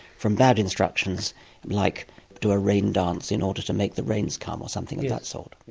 from bad instructions like do a rain dance in order to make the rains come or something of that sort.